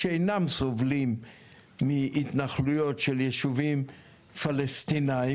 שאינם סובלים מהתנחלויות של ישובים פלסטינאים.